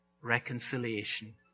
reconciliation